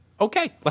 okay